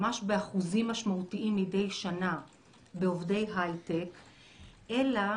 ממש באחוזים משמעותיים מדי שנה, בעובדי הייטק, אלא